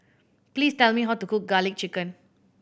please tell me how to cook Garlic Chicken